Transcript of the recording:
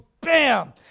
Bam